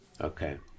okay